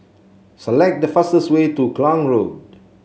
select the fastest way to Klang Road